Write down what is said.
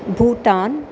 Bhutan